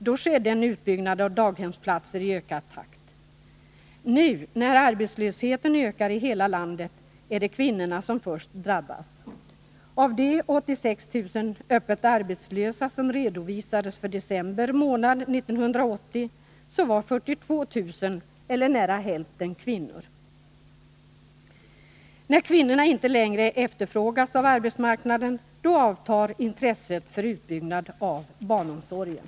Då skedde en utbyggnad av daghemsplatser i ökad takt. Nu, när arbetslösheten ökar i hela landet, är det kvinnorna som först drabbas. Av de 86 000 öppet arbetslösa som redovisades för december 1980 var 42 000, eller nära hälften, kvinnor. När kvinnorna inte längre efterfrågas av arbetsmarknaden, avtar intresset för utbyggnad av barnomsorgen.